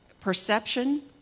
perception